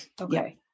Okay